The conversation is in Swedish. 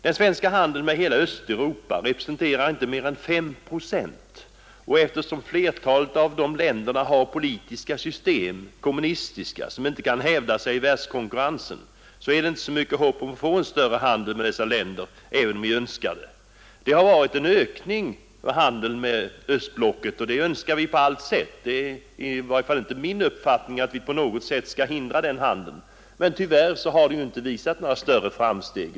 Den svenska handeln med hela Östeuropa represen terar inte mer än 5 procent, och eftersom flertalet av dessa länder har politiska system — kommunistiska — som inte kan hävda sig i världskonkurrensen är det inte mycket hopp om att få en större handel med dessa länder, även om vi önskar det. Det har varit en ökning i handeln med östblocket, och det önskar vi på allt sätt. Det är i varje fall inte min uppfattning att vi på något sätt skall hindra den handeln. Tyvärr har den inte gjort några större framsteg.